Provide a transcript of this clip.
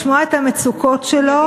לשמוע את המצוקות שלו,